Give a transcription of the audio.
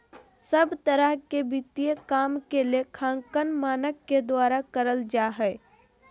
सब तरह के वित्तीय काम के लेखांकन मानक के द्वारा करल जा हय